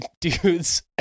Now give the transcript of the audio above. Dudes